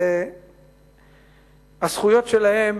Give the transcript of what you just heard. והזכויות שלהם